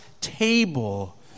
table